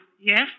Yes